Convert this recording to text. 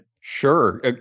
Sure